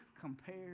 compare